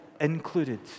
included